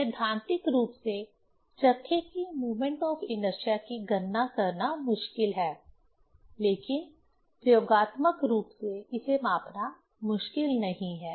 सैद्धांतिक रूप से चक्के की मोमेंट ऑफ इनर्शिया की गणना करना मुश्किल है लेकिन प्रयोगात्मक रूप से इसे मापना मुश्किल नहीं है